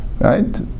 right